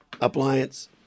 Appliance